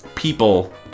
people